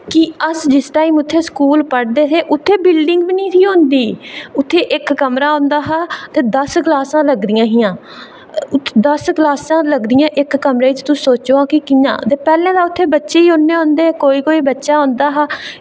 कि अस जिस टाईम उत्थें स्कूल पढ़दे हे उत्थै बिल्डिंग बी निं ही होंदी उत्थै इक्क कमरा होंदा हा ते दस्स क्लासां लगदियां हियां दस्स क्लासां लगदियां इक्क कमरे च ते कियां पैह्लें ते उत्थें बच्चे ई उन्ने होंदे हे कोई कोई बच्चा होंदा हा